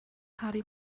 harry